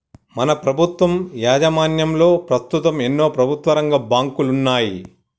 మన ప్రభుత్వం యాజమాన్యంలో పస్తుతం ఎన్నో ప్రభుత్వరంగ బాంకులున్నాయి